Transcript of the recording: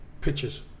pictures